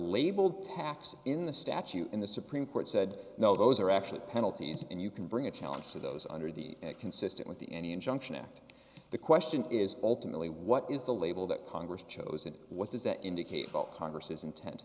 labeled tax in the statute in the supreme court said no those are actually penalties and you can bring a challenge to those under the consistent with the any injunction act the question is ultimately what is the label that congress chose and what does that indicate about congress intent